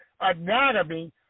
anatomy